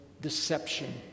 deception